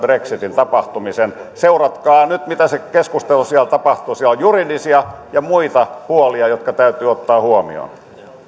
brexitin tapahtumisen seuratkaa nyt miten se keskustelu siellä tapahtuu siellä on juridisia ja muita puolia jotka täytyy ottaa huomioon